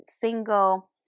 single